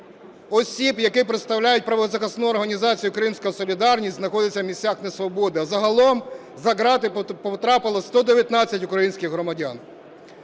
осіб, які представляють правозахисну організацію "Кримська солідарність", знаходяться в місцях несвободи, а загалом за грати потрапило 119 українських громадян.